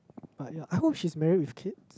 ya I hope she's married with kid